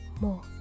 more